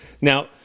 Now